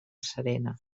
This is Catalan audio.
serena